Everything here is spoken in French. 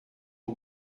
aux